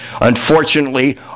unfortunately